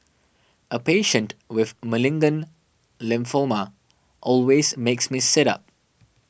a patient with malignant lymphoma always makes me sit up